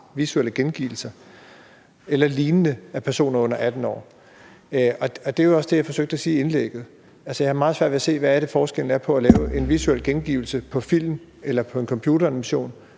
visuelle gengivelser eller lignende af personer under 18 år. Det var også det, jeg forsøgte at sige i indlægget. Altså, jeg har meget svært ved at se, hvad forskellen er på at lave en visuel gengivelse på film eller i en computeranimation